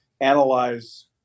analyze